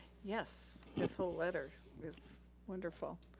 yes, his whole letter is wonderful.